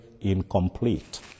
incomplete